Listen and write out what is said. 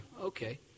Okay